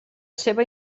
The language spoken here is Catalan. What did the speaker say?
seva